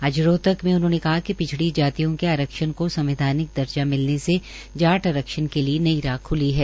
आज रोहतक में उन्होंने कहा कि पिछडी जातियों के आरक्षण को संवैधानिक दर्जा मिलने से जाट आरक्षण के लिए नई राह ख्ली है